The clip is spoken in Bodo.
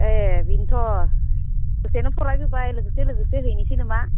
ए बेनोथ' दसेनो फरायजोब्बाय लोगोसे लोगोसे हैनोसै नामा